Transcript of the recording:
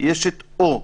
כתוב "או".